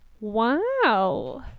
wow